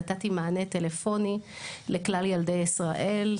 נתתי מענה טלפונים לכלל ילדי ישראל.